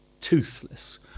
toothless